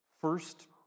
first